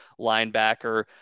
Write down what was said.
linebacker